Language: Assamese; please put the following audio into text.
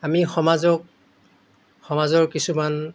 আমি সমাজক সমাজৰ কিছুমান